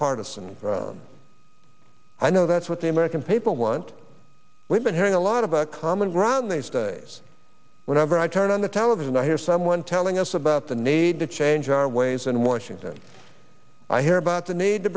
bipartisan i know that's what the american people want we've been hearing a lot of a common ground these days whenever i turn on the television i hear someone telling us about the need to change our ways in washington i hear about the need to